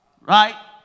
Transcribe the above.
right